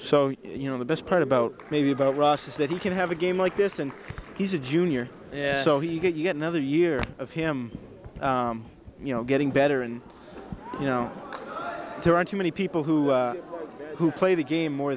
so you know the best part about maybe about russ is that he can have a game like this and he's a junior so he get yet another year of him you know getting better and you know there aren't too many people who who play the game more